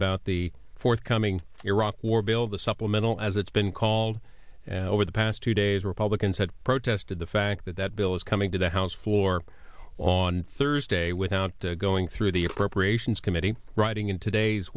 about the forthcoming iraq war bill the supplemental as it's been called and over the past two days republicans had protested the fact that that bill is coming to the house floor on thursday without going through the appropriations committee writing in today's